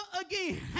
again